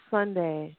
Sunday